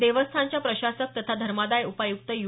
देवस्थानच्या प्रशासक तथा धर्मादाय उपायुक्त यू